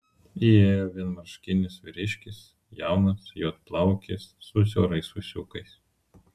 įėjo vienmarškinis vyriškis jaunas juodplaukis su siaurais ūsiukais